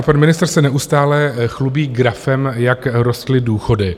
Pan ministr se neustále chlubí grafem, jak rostly důchody.